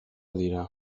dira